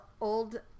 old